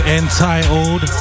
entitled